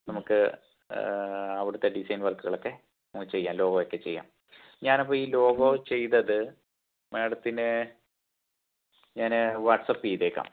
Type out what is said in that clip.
നമുക്ക് അവിടുത്തെ ഡിസൈൻ വർക്കുകളൊക്കെ നമുക്ക് ചെയ്യാം ലോഗോ ഒക്കെ ചെയ്യാം ഞാൻ അപ്പോൾ ഈ ലോഗോ ചെയ്തത് മാഡത്തിന് ഞാൻ വാട്സാപ്പ് ചെയ്തേക്കാം